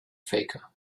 faker